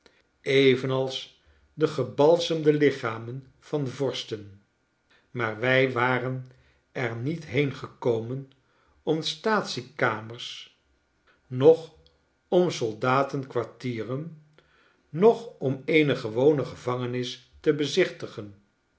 evenals de gebalsemde lichamen van vorsten maar wij waren er niet heengekomen om staatsie kamers noch om soldaten kwartieren noch om eene gewone gevangenis te bezichtigen